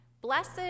Blessed